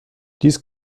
dies